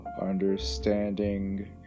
understanding